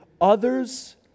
others